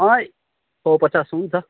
सय पचास हुन्छ